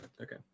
Okay